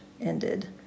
ended